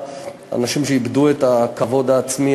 אנשים שאיבדו את הכבוד העצמי,